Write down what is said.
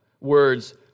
words